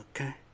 okay